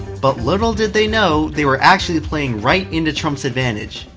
but little did they know, they were actually playing right into trump's advantage,